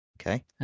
Okay